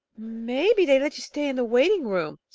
maybe they'd let you stay in the waiting-room,